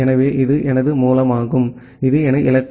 எனவே இது எனது மூலமாகும் இது எனது இலக்கு